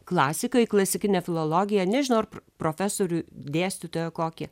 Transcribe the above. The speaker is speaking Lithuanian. klasiką į klasikinę filologiją nežinau ar profesorių dėstytoją kokį